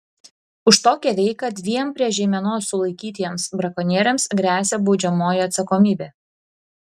už tokią veiką dviem prie žeimenos sulaikytiems brakonieriams gresia baudžiamoji atsakomybė